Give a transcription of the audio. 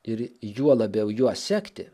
ir juo labiau juo sekti